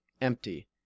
empty